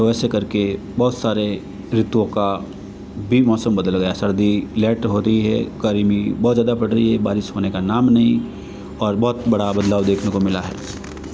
तो ऐसे करके बहुत सारे ऋतुओं का बिन मौसम बदल गया सर्दी लैट होती है गर्मी बहुत ज़्यादा पड़ रही है बारिश होने का नाम नहीं और बहुत बड़ा बदलाव देखने को मिला है